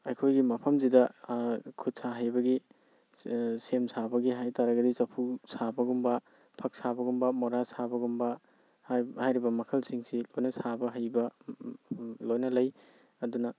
ꯑꯩꯈꯣꯏꯒꯤ ꯃꯐꯝꯁꯤꯗ ꯈꯨꯠ ꯁꯥ ꯍꯩꯕꯒꯤ ꯁꯦꯝ ꯁꯥꯕꯒꯤ ꯍꯥꯏꯇꯥꯔꯒꯗꯤ ꯆꯐꯨ ꯁꯥꯕꯒꯨꯝꯕ ꯐꯛ ꯁꯥꯕꯒꯨꯝꯕ ꯃꯣꯔꯥ ꯁꯥꯕꯒꯨꯝꯕ ꯍꯥꯏꯔꯤꯕ ꯃꯈꯜꯁꯤꯡꯁꯤ ꯑꯩꯈꯣꯏꯅ ꯁꯥꯕ ꯍꯩꯕ ꯂꯣꯏꯅ ꯂꯩ ꯑꯗꯨꯅ